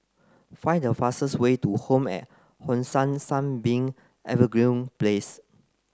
find the fastest way to Home at Hong San Sunbeam Evergreen Place